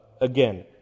Again